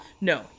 no